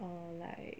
or like